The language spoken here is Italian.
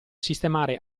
sistemare